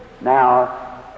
Now